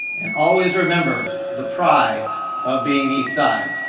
and always remember the pride of being east side.